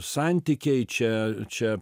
santykiai čia čia